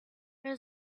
there